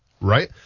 right